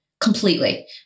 completely